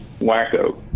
wacko